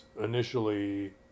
initially